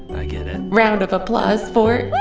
i get it. round of applause for.